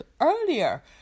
earlier